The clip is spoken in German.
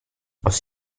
aus